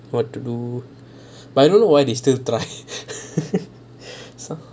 what to do but I don't know why they still try